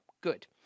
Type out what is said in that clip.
Good